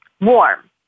warm